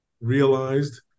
realized